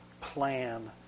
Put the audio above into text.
plan